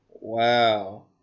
Wow